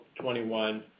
21